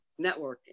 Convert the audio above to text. networking